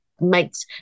makes